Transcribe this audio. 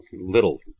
little